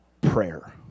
prayer